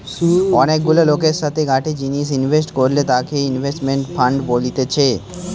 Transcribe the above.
অনেক গুলা লোকের সাথে গটে জিনিসে ইনভেস্ট করলে তাকে ইনভেস্টমেন্ট ফান্ড বলতেছে